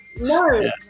no